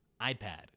iPad